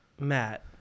Matt